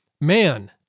man